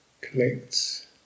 collects